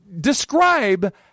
Describe